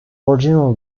original